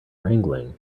wrangling